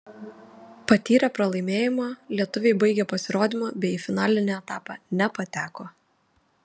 patyrę pralaimėjimą lietuviai baigė pasirodymą bei į finalinį etapą nepateko